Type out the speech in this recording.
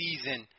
season